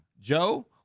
Joe